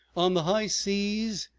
on the high seas,